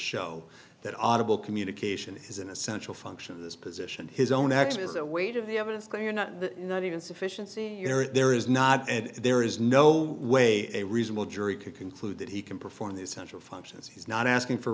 show that audible communication is an essential function of this position his own acts as a weight of the evidence they are not not even sufficiency there is not and there is no way a reasonable jury could conclude that he can perform these central functions he's not asking for